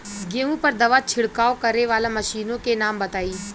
गेहूँ पर दवा छिड़काव करेवाला मशीनों के नाम बताई?